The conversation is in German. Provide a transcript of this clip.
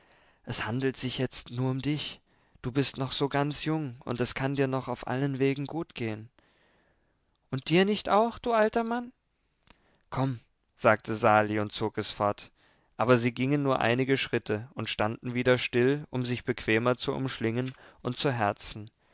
es handelt sich jetzt nur um dich du bist noch so ganz jung und es kann dir noch auf allen wegen gut gehen und dir nicht auch du alter mann komm sagte sali und zog es fort aber sie gingen nur einige schritte und standen wieder still um sich bequemer zu umschlingen und zu herzen